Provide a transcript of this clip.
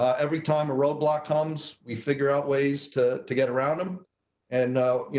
ah every time a roadblock comes, we figure out ways to, to get around them and. you